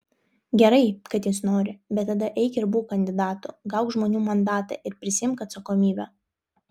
gerai kad jis nori bet tada eik ir būk kandidatu gauk žmonių mandatą ir prisiimk atsakomybę